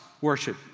worship